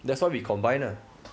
that's why we combine lah